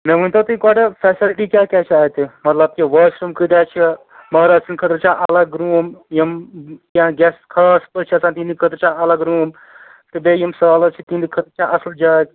مےٚ ؤنتَو تُہۍ گۄڈٕ فیسَلٹی کیاہ کیاہ چھِ اَتہِ مطلب کہِ واش روٗم کۭتیاہ چھِ مہراز سٕندۍ خٲطرٕ چھا الگ روٗم یِم گیسٹ کیٚنٛہہ خاص پٔژھ چھِ آسان تِہنٛدِ خٲطرٕ چھا الگ روٗم تہِ بیٚیہِ یِم سالٕر چھِ تِہنٛدِ خٲطرٕ چھا اصٕل جاے